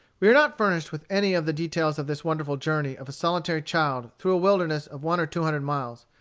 we are not furnished with any of the details of this wonderful journey of a solitary child through a wilderness of one or two hundred miles.